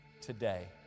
today